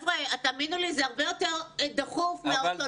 תאמינו לי, זה הרבה יותר דחוף מהאוטונומיה.